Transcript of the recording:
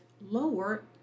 lower